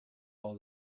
all